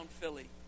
philly